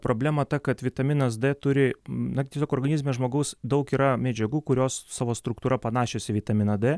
problema ta kad vitaminas d turi na tiesiog organizme žmogaus daug yra medžiagų kurios savo struktūra panašios į vitaminą d